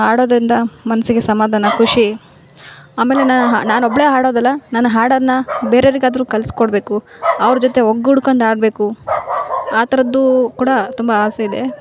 ಹಾಡೋದ್ರಿಂದ ಮನಸಿಗೆ ಸಮಾಧಾನ ಖುಷಿ ಆಮೇಲೆ ನಾನು ಒಬ್ಬಳೇ ಹಾಡೋದಲ್ಲ ನಾನು ಹಾಡನ್ನು ಬೇರೆಯವ್ರಿಗೆ ಆದರು ಕಲ್ಸಿ ಕೊಡಬೇಕು ಅವ್ರ ಜೊತೆ ಒಗ್ಗೂಡ್ಕೊಂಡ್ ಹಾಡ್ಬೇಕು ಆ ಥರದ್ದು ಕೂಡ ತುಂಬ ಆಸೆ ಇದೆ